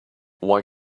why